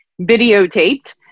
videotaped